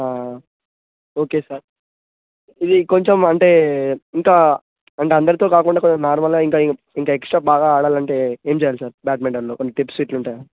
okay sir ఇది కొంచెం అంటే ఇంకా అంటే అందరితో కాకుండా కొంచెం నార్మల్గా ఇంకా ఇంకా ఎక్స్ట్రా బాగా ఆడాలంటే ఏం చేయాలి సార్ బ్యాట్మెంటన్లో కొన్ని టిప్స్ ఇట్లా ఉంటాయా